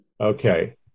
okay